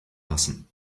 lassen